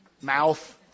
mouth